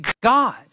God